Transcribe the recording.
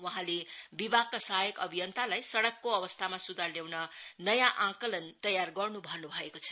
वहाँले विभागका सहायक अभियन्तालाई सडकको अवस्थामा सुधार ल्याउन नयाँ आंकलन तयार गर्न् भन्न् भएको छ